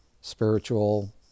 spiritual